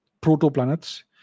proto-planets